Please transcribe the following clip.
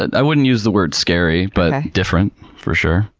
i wouldn't use the word scary, but different for sure.